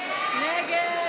נגד?